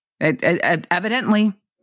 Evidently